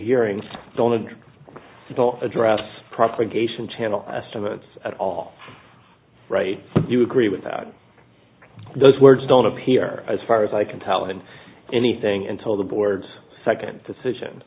rehearing don't address propagation channel estimates at all right you agree with those words don't appear as far as i can tell and anything until the board's second decision